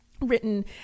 written